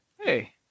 Hey